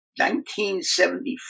1974